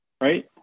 right